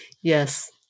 Yes